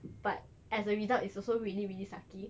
but as a result it's also really really sucky